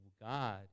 God